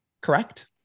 Correct